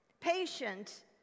patient